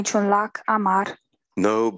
no